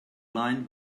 lined